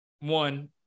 one